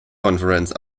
conference